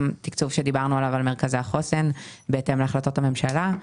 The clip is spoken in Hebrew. תקצוב של מרכזי החוסן בהתאם להחלטת הממשלה,